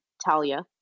Talia